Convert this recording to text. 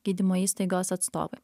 gydymo įstaigos atstovai